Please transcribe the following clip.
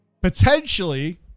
Potentially